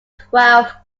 twelfth